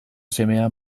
semea